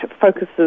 focuses